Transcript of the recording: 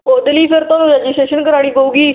ਉਹਦੇ ਲਈ ਫਿਰ ਤੁਹਾਨੂੰ ਰਜਿਸਟਰੇਸ਼ਨ ਕਰਾਉਣੀ ਪਊਗੀ